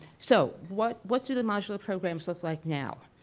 so what what do the modular programs look like now?